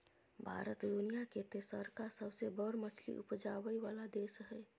भारत दुनिया के तेसरका सबसे बड़ मछली उपजाबै वाला देश हय